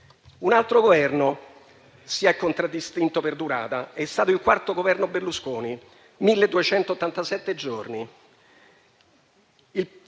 Un altro Governo si è contraddistinto per durata: è stato il quarto Governo Berlusconi, 1.287 giorni,